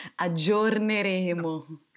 Aggiorneremo